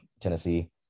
Tennessee